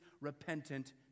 repentant